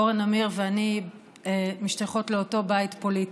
אורה נמיר ואני משתייכות לאותו בית פוליטי,